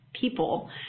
people